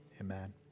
amen